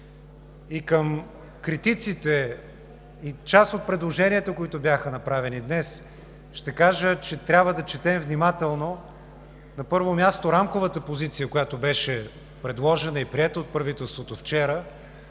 Към критиците и част от предложенията, които бяха направени днес, ще кажа, че трябва да четем внимателно. На първо място, Рамковата позиция, която беше предложена и приета от правителството вчера,